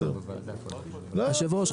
היושב ראש,